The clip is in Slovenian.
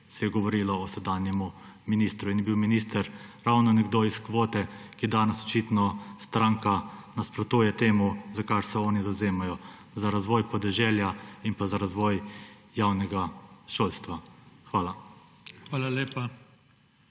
se je govorilo o sedanjemu ministru in je bil minister ravno nekdo iz kvote, katere stranka danes očitno nasprotuje temu, za kar se oni zavzemajo: za razvoj podeželja in za razvoj javnega šolstva. Hvala.